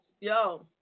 yo